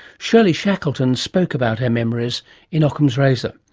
shirley shackleton spoke about her memories in ockham's razor.